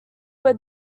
were